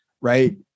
right